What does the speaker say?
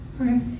okay